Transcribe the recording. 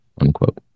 unquote